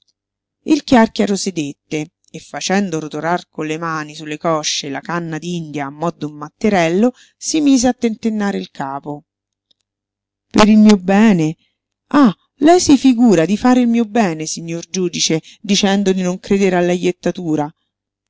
il chiàrchiaro sedette e facendo rotolar con le mani su le cosce la canna d'india a mo d'un matterello si mise a tentennare il capo per il mio bene ah lei si figura di fare il mio bene signor giudice dicendo di non credere alla jettatura